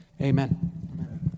amen